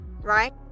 Right